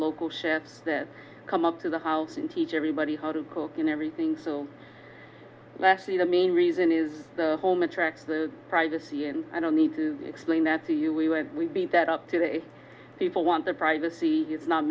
local ships that come up to the house in teach everybody how to cook and everything so that actually the main reason is the home attracts the privacy and i don't need to explain that to you we when we beat that up today people want their privacy is not